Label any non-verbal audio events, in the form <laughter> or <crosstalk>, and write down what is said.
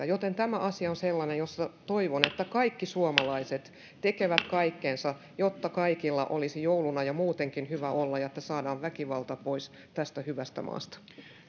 <unintelligible> joten tämä asia on sellainen jossa toivon että kaikki suomalaiset tekevät kaikkensa jotta kaikilla olisi jouluna ja muutenkin hyvä olla ja että saadaan väkivalta pois tästä hyvästä maasta